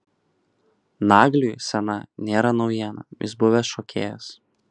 nagliui scena nėra naujiena jis buvęs šokėjas